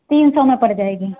तीन सौ में में पड़ जाएगी